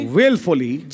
willfully